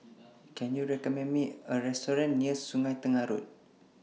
Can YOU recommend Me A Restaurant near Sungei Tengah Road